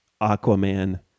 Aquaman